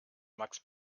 max